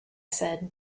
said